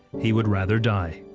he would rather die.